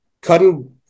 Cutting